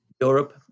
Europe